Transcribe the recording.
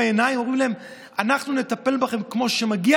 ואומרים להם: אנחנו נטפל בכם כמו שמגיע